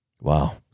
Wow